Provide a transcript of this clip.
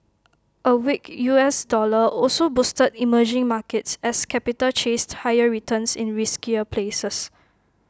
A weak U S dollar also boosted emerging markets as capital chased higher returns in riskier places